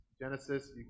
Genesis